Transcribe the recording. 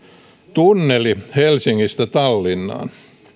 tunneli helsingistä tallinnaan